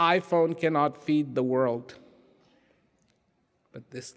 i phone cannot feed the world but this